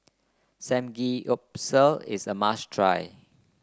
Samgeyopsal is a must try